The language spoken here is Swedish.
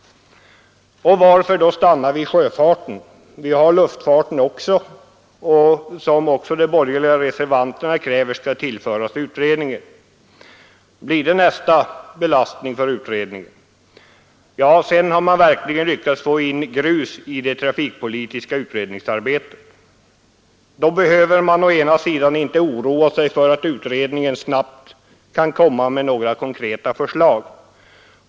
Och varför stanna vid sjöfarten? De borgerliga reservanterna kräver att utredningen också skall få i uppdrag att se över luftfarten. Blir det nästa belastning för utredningen? I så fall har man verkligen lyckats få in grus i det trafikpolitiska utredningsarbetet! Då behöver man å ena sidan inte oroa sig för att utredningen snabbt kan komma att lägga fram några konkreta förslag.